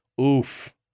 Oof